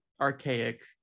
archaic